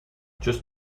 just